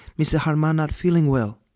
mrs. harman not feeling well.